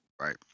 Right